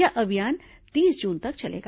यह अभियान तीस जून तक चलेगा